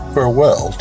Farewell